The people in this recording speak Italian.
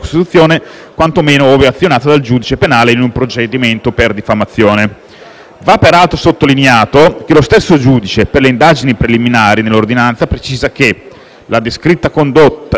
quantomeno ove azionata dal giudice penale in un procedimento per diffamazione. Va peraltro sottolineato che lo stesso giudice per le indagini preliminari nell'ordinanza precisa che «la descritta condotta